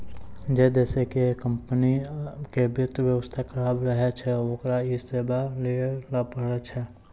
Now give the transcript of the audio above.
जै देशो आकि कम्पनी के वित्त व्यवस्था खराब रहै छै ओकरा इ सेबा लैये ल पड़ै छै